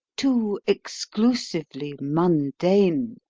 too exclusively mundane.